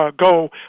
go